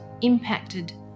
impacted